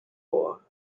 ore